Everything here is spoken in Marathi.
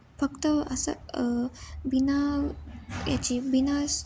फक्त असं बिना याची बिना